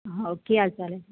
ਹੋ ਕੀ ਹਾਲ ਚਾਲ ਹੈ